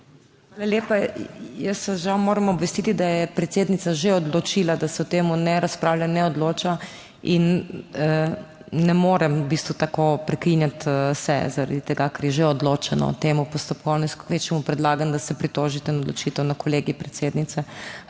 Hvala lepa. Jaz vas žal moram obvestiti, da je predsednica že odločila, da se o tem ne razpravlja, ne odloča in ne morem v bistvu tako prekinjati seje, zaradi tega ker je že odločeno o tem. Postopkovno kvečjemu predlagam, da se pritožite na odločitev na Kolegij predsednice,